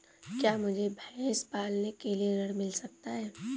क्या मुझे भैंस पालने के लिए ऋण मिल सकता है?